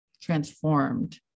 transformed